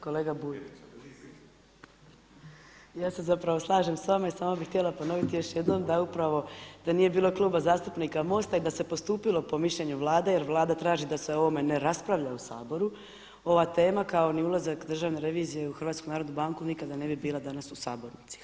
Kolega Bulj, ja se zapravo slažem sa vama i samo bih htjela poviti još jednom da je upravo, da nije bilo Kluba zastupnika MOST-a i da se postupilo po mišljenju Vlade jer Vlada traži da se o ovome ne raspravlja u Saboru ova tema kao ni ulazak Državne revizije u Hrvatsku narodnu banku nikada ne bi bila danas u sabornici.